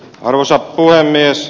arvoisa puhemies